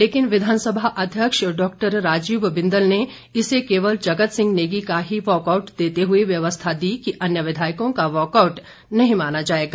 लेकिन विघानसभा अध्यक्ष डॉक्टर राजीव बिंदल ने इसे केवल जगत सिंह नेगी का ही वाकआउट देते हुए व्यवस्था दी कि अन्य विधायकों का वाकआउट नही माना जाएगा